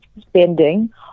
spending